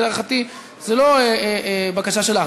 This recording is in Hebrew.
כי להערכתי זו לא בקשה שלך,